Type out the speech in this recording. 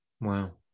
wow